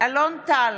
אלון טל,